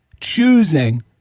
choosing